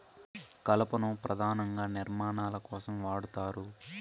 కలపను పధానంగా నిర్మాణాల కోసం వాడతారు